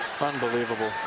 Unbelievable